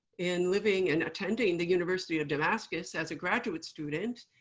in living and attending the university of damascus as a graduate student,